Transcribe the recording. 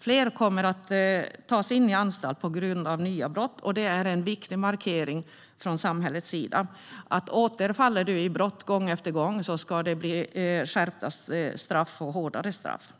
Fler kommer att tas in i anstalt på grund av nya brott, vilket är en viktig markering från samhällets sida att den som återfaller i brott gång efter gång ska få ett skärpt och hårdare straff.